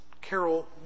Carol